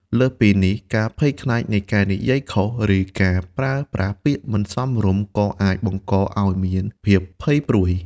លើសពីនេះ ការភ័យខ្លាចនៃការនិយាយខុស ឬការប្រើប្រាស់ពាក្យមិនសមរម្យ ក៏អាចបង្កឱ្យមានភាពភ័យព្រួយ។